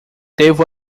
devo